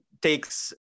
takes